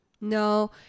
No